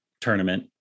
tournament